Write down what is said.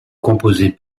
composée